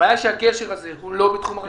הבעיה היא שהגשר הזה הוא לא בתחום הרכבת,